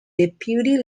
deputy